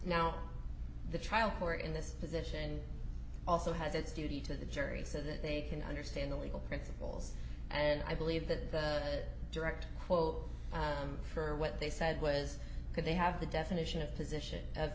now the trial court in this position also has its duty to the jury so that they can understand the legal principles and i believe that the direct quote for what they said was because they have the definition of position of